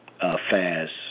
fast